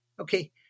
Okay